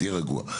תהיה רגוע.